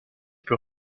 plus